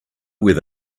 where